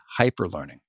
hyperlearning